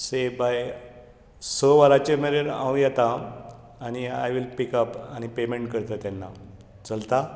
से बाय स वरांचेर मेरेन हांव येता आनी आय वील पिक अप आनी पेमेंट करता तेन्ना चलता